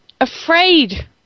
afraid